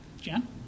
Jan